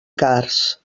cars